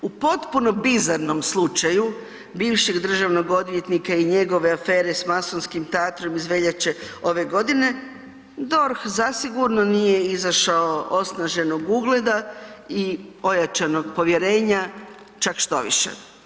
U potpuno bizarnom slučaju bivšeg državnog odvjetnika i njegove afere s masonskim teatrom iz veljače ove godine, DORH zasigurno nije izašao osnaženog ugleda i ojačanog povjerenja, čak štoviše.